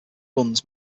runs